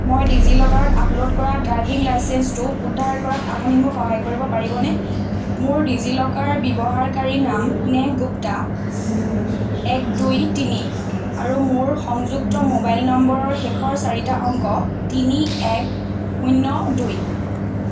মই ডিজি লকাৰত আপলোড কৰা ড্ৰাইভিং লাইচেন্সটো উদ্ধাৰ কৰাত আপুনি মোক সহায় কৰিব পাৰিবনে মোৰ ডিজি লকাৰ ব্যৱহাৰকাৰীৰ নাম নেহ গুপ্তা এক দুই তিনি আৰু মোৰ সংযুক্ত মোবাইল নম্বৰৰ শেষৰ চাৰিটা অংক তিনি এক শূ্ন্য দুই